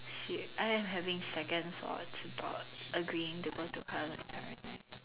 I am having second thoughts about agreeing to go to Halloween Horror Night